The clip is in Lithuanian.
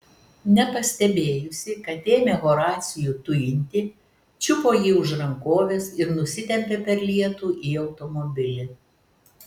nepastebėjusi kad ėmė horacijų tujinti čiupo jį už rankovės ir nusitempė per lietų į automobilį